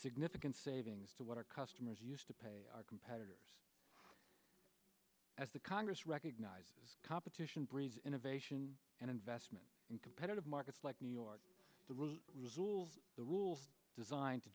significant savings to what our customers used to pay our competitors as the congress recognized competition breeds innovation and investment in competitive markets like new york to root the rules designed to